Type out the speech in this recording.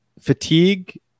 fatigue